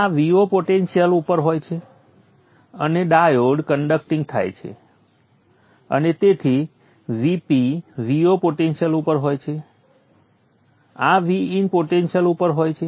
આ Vo potential ઉપર હોય છે અને ડાયોડ કંડક્ટિંગ થાય છે અને તેથી Vp Vo પોટેન્શિયલ ઉપર હોય છે આ Vin પોટેન્શિયલ ઉપર હોય છે